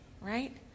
right